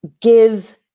give